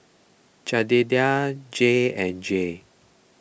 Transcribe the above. Jedediah Jay and Jay